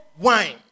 wine